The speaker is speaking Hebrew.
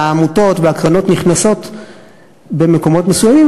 והעמותות והקרנות נכנסות במקומות מסוימים,